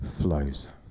flows